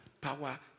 power